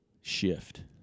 shift